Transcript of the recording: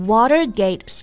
Watergate